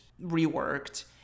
reworked